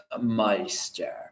Meister